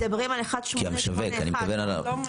מדברים על 1881. כי המשווק, אני מתכוון אליו.